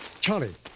Charlie